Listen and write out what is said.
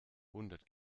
hundert